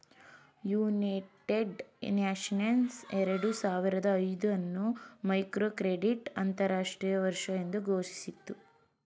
United Nations ಎರಡು ಸಾವಿರದ ಐದು ಅನ್ನು ಮೈಕ್ರೋಕ್ರೆಡಿಟ್ ಅಂತರಾಷ್ಟ್ರೀಯ ವರ್ಷ ಎಂದು ಘೋಷಿಸಿತು